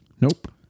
Nope